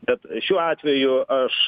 bet šiuo atveju aš